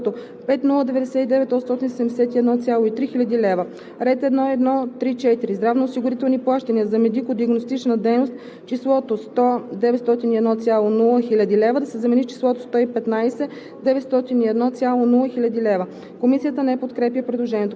да се замени с числото „5 099 871,3 хил. лв.“ - Ред 1.1.3.4 „Здравноосигурителни плащания за медико-диагностична дейност“ – числото „100 901,0 хил. лв.“ да се замени с числото „115